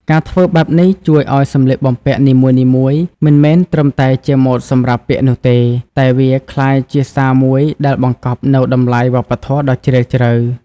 ការធ្វើបែបនេះជួយឲ្យសម្លៀកបំពាក់នីមួយៗមិនមែនត្រឹមតែជាម៉ូដសម្រាប់ពាក់នោះទេ តែវាក្លាយជាសារមួយដែលបង្កប់នូវតម្លៃវប្បធម៌ដ៏ជ្រាលជ្រៅ។